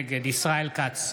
נגד ישראל כץ,